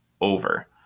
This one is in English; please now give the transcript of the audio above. over